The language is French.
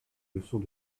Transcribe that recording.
leçons